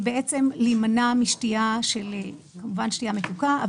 להימנע משתייה מתוקה,